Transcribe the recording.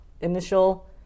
initial